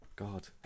God